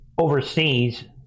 Overseas